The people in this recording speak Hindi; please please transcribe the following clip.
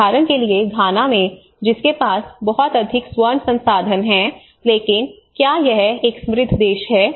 उदाहरण के लिए घाना में जिसके पास बहुत अधिक स्वर्ण संसाधन हैं लेकिन क्या यह एक समृद्ध देश है